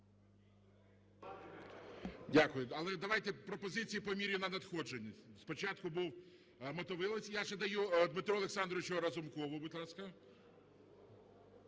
Дякую. Але давайте пропозиції по мірі надходження. Спочатку був Мотовиловець. Я ще даю Дмитру Олександровичу Разумкову, будь ласка.